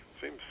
seems